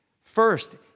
first